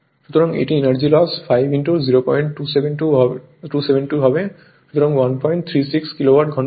সুতরাং এটি energy loss 5 0272 হবে সুতরাং 136 কিলোওয়াট ঘন্টা